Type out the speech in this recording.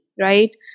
right